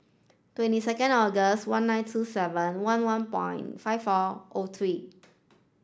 twenty second August one nine two seven one one point five four O three